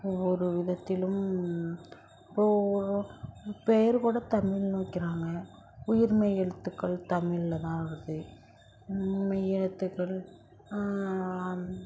ஒவ்வொரு விதத்திலும் ஓ பெயர் கூட தமிழ்னு வைக்கிறாங்க உயிர்மெய் எழுத்துகள் தமிழில் தான் வருது மெய் எழுத்துக்கள் அந்